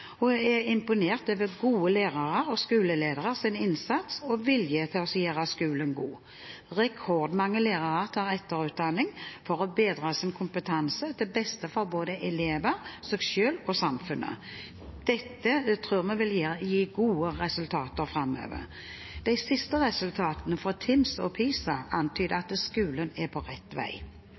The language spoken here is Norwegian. er på rett vei, og er imponert over gode lærere og skolelederes innsats og vilje til å gjøre skolen god. Rekordmange lærere tar etterutdanning for å bedre sin kompetanse, til beste for både elever, seg selv og samfunnet. Dette tror vi vil gi gode resultater framover. De siste resultatene fra TIMSS og PISA antyder at skolen er på rett vei.